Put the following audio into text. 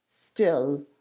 Still